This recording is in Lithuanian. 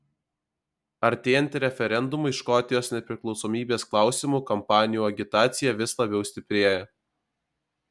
artėjant referendumui škotijos nepriklausomybės klausimu kampanijų agitacija vis labiau stiprėja